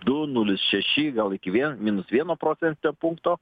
du nulis šeši gal iki vien minus vieno procentinio punkto